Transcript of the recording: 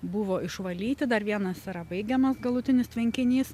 buvo išvalyti dar vienas yra baigiamas galutinis tvenkinys